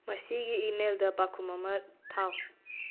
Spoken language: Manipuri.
ꯃꯁꯤꯒꯤ ꯏꯃꯦꯜꯗ ꯄꯥꯎꯈꯨꯝ ꯑꯃ ꯊꯥꯎ